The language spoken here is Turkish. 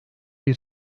bir